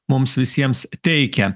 mums visiems teikia